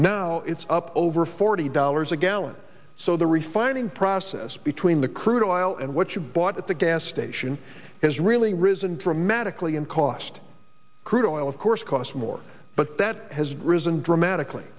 now it's up over forty dollars a gallon so the refining process between the crude oil and what you bought at the gas station has really risen dramatically and cost crude oil of course cost more but that has risen dramatically